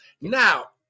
now